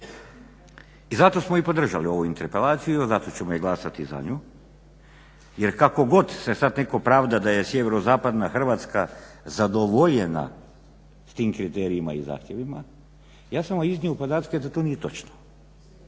I zato smo i podržali ovu interpelaciju, zato ćemo i glasati za nju jer kako god se sad netko pravda da je sjeverozapadna Hrvatska zadovoljena s tim kriterijima i zahtjevima ja sam vam iznio podatke da to nije točno.